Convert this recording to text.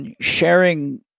sharing